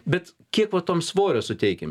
bet kiek va tam svorio suteikiam